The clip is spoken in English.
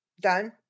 done